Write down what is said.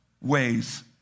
ways